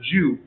Jew